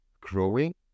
growing